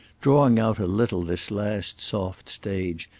drawing out a little this last soft stage,